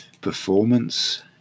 performance